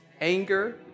anger